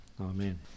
Amen